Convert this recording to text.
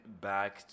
back